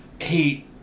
hey